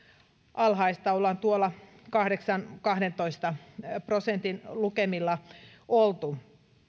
alhaista ollaan tuolla kahdeksan viiva kahdentoista prosentin lukemilla oltu